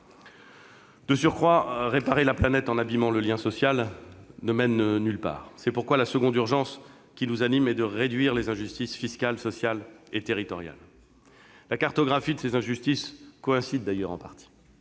De surcroît, réparer la planète en abîmant le lien social ne mène nulle part. C'est pourquoi la seconde urgence qui nous anime est de réduire les injustices fiscale, sociale et territoriale, dont les cartographies coïncident en partie.